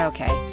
Okay